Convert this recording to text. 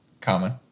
common